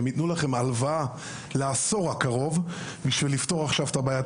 שהם יתנו לכם הלוואה לעשור הקרוב בשביל לפתור עכשיו את הבעיה.